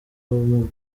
ubumuga